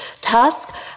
task